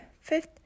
fifth